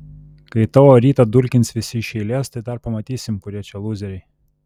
kai tavo rytą dulkins visi iš eilės tai dar pamatysim kurie čia lūzeriai